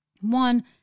One